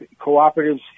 cooperatives